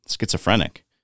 schizophrenic